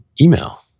email